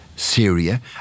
Syria